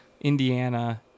Indiana